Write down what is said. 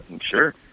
sure